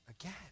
again